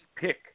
pick